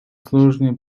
сложные